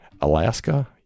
Alaska